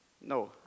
No